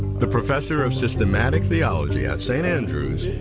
the professor of systematic theology at st. andrews,